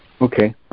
Okay